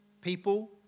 people